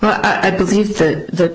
i believe that